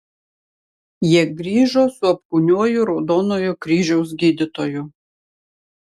jie grįžo su apkūniuoju raudonojo kryžiaus gydytoju